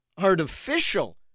artificial